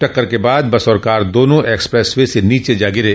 टक्कर के बाद बस और कार दोनों एक्सप्रेस वे से नीचे जा गिरे